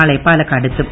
നാളെ പാലക്കാട് എത്തും